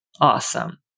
Awesome